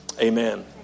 Amen